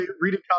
reading